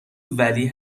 ولی